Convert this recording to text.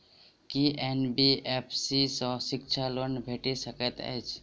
की NBFC सँ शिक्षा loan भेटि सकैत अछि?